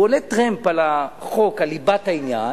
הוא עולה טרמפ על החוק, על ליבת העניין,